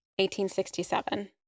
1867